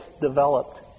developed